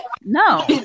no